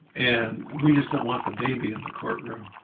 and we just don't want the baby in the court room,